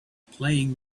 playing